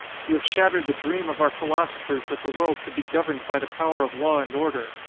you have shattered the dream of our philosophers that the world could be governed by the power of law and order.